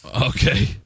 Okay